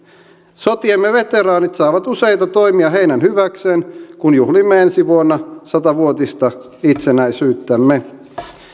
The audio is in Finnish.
sotiemme veteraanit saavat useita toimia heidän hyväkseen kun juhlimme ensi vuonna sata vuotista itsenäisyyttämme